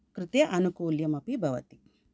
कृते आनुकूल्यमपि भवति